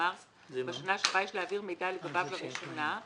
במרס בשנה שבה יש להעביר מידע לגביו לראשונה;